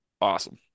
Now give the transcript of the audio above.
awesome